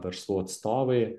verslų atstovai